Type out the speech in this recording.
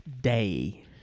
Day